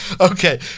Okay